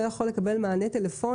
אתה פספסת את כל ההתחלה של הצגת הדברים,